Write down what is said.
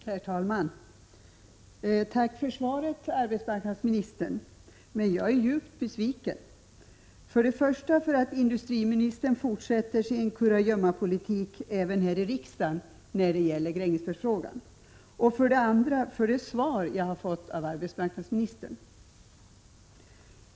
Herr talman! Tack för svaret, arbetsmarknadsministern! Men jag är djupt besviken — för det första för att industriministern fortsätter sin ”kurragömmapolitik” även här i riksdagen när det gäller Grängesbergsfrågan, och för det andra för det svar jag har fått av arbetsmarknadsministern.